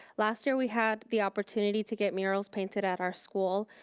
last year we had the opportunity to get murals painted at our school.